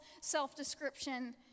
self-description